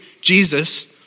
Jesus